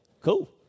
cool